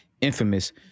infamous